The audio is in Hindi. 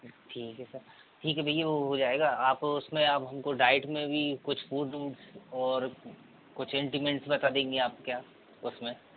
ठीक है सर ठीक है भईया वो हो जाएगा आप उसमें आप हमको डाईट में भी कुछ फुड उड और कुछ एंटिमेंट्स बता देंगे आप क्या उसमें